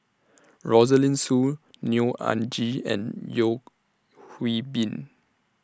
Rosaline Soon Neo Anngee and Yeo Hwee Bin